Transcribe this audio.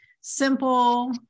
simple